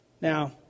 Now